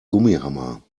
gummihammer